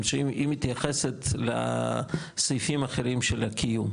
היא מתייחסת לסעיפים האחרים של הקיום,